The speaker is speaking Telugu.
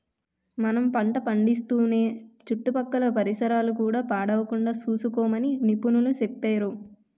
మనం పంట పండిస్తూనే చుట్టుపక్కల పరిసరాలు కూడా పాడవకుండా సూసుకోమని నిపుణులు సెప్పేరు